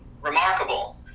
remarkable